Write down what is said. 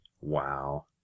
Wow